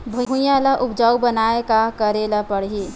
भुइयां ल उपजाऊ बनाये का करे ल पड़ही?